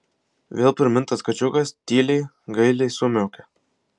vėl primintas kačiukas tyliai gailiai sumiaukė